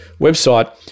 website